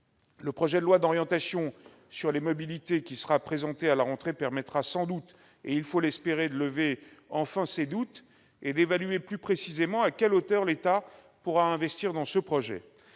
Le projet de loi d'orientation sur les mobilités qui sera présenté à la rentrée prochaine permettra sans doute, il faut l'espérer, de lever ces doutes et d'évaluer plus précisément à quelle hauteur l'État investira dans ce projet.